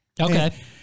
Okay